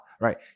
right